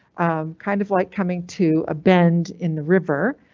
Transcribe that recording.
of kind of like coming to a bend in the river